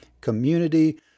community